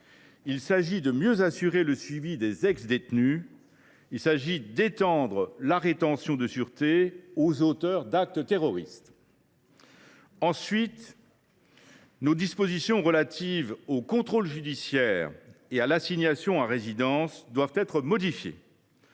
prononcer, de mieux assurer le suivi des anciens détenus et d’étendre la rétention de sûreté aux auteurs d’actes terroristes. Ensuite, les dispositions législatives relatives au contrôle judiciaire et à l’assignation à résidence doivent être modifiées.